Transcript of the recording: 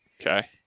Okay